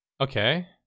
Okay